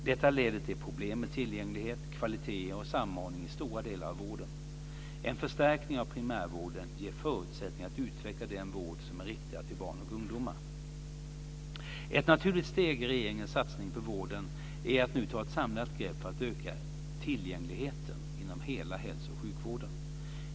Detta leder till problem med tillgänglighet, kvalitet och samordning i stora delar av vården. En förstärkning av primärvården ger förutsättningar att utveckla den vård som är riktad till barn och ungdomar. Ett naturligt steg i regeringens satsning på vården är att nu ta ett samlat grepp för att öka tillgängligheten inom hela hälso och sjukvården.